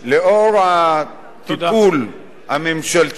לאור הטיפול הממשלתי